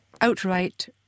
outright